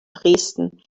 dresden